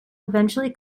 eventually